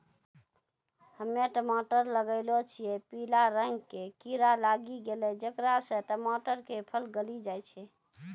हम्मे टमाटर लगैलो छियै पीला रंग के कीड़ा लागी गैलै जेकरा से टमाटर के फल गली जाय छै?